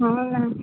అవునా